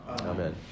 Amen